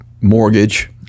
mortgage